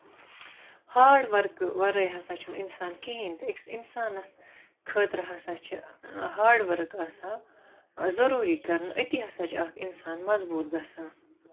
hard ؤرکہٕ وَرٲے ہسا چھُنہٕ اِنسانَس کِہینۍ تہِ أکِس اِنسانَس خٲطرٕ ہسا چھُ ہاڈ ؤرٕک آسان ضروٗری کَرٕنۍ أتی ہسا چھُ اکھ اِنسان مضبوٗط گژھان